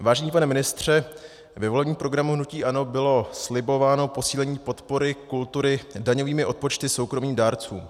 Vážený pane ministře, ve volebním programu hnutí ANO bylo slibováno posílení podpory kultury daňovými odpočty soukromých dárců.